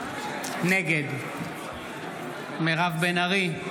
נגד מירב בן ארי,